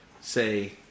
say